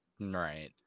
right